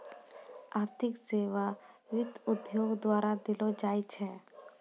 आर्थिक सेबा वित्त उद्योगो द्वारा देलो जाय छै